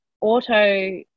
auto